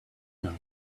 know